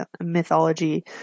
mythology